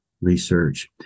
research